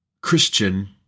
Christian